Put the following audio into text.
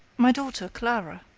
my daughter clara.